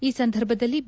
ಈ ಸಂದರ್ಭದಲ್ಲಿ ಬಿ